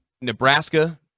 Nebraska